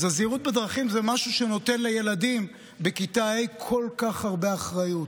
הזהירות בדרכים זה משהו שנותן לילדים בכיתה ה' כל כך הרבה אחריות,